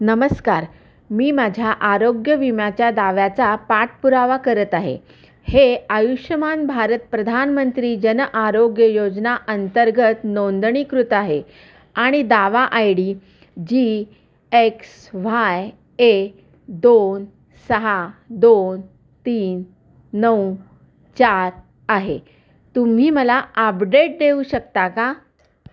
नमस्कार मी माझ्या आरोग्य विम्याच्या दाव्याचा पाठपुरावा करत आहे हे आयुष्यमान भारत प्रधानमंत्री जनआरोग्य योजना अंतर्गत नोंदणीकृत आहे आणि दावा I D G X Y A दोन सहा दोन तीन नऊ चार आहे तुम्ही मला अपडेट देऊ शकता का